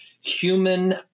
human